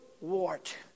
wart